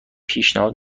پیشنهاد